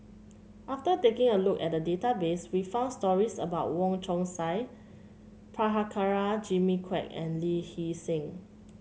after taking a look at the database we found stories about Wong Chong Sai Prabhakara Jimmy Quek and Lee Hee Seng